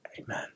Amen